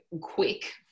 quick